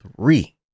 three